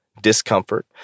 discomfort